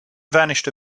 vanished